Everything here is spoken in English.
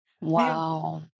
Wow